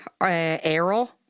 arrow